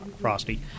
Frosty